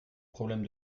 problème